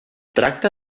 tracta